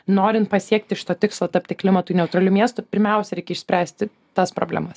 norint pasiekti iš to tikslo tapti klimatui neutraliu miestu pirmiausia reikia išspręsti tas problemas